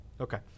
Okay